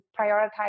prioritize